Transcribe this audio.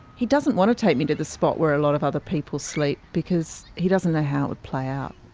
he doesn't want to take me to the spot where a lot of other people sleep, because he doesn't know how it would play out.